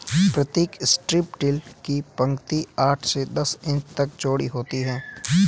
प्रतीक strip till की पंक्ति आठ से दस इंच तक चौड़ी होती है